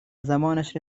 زمانش